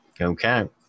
Okay